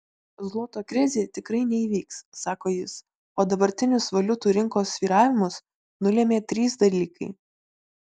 zloto krizė tikrai neįvyks sako jis o dabartinius valiutų rinkos svyravimus nulėmė trys dalykai